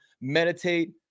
meditate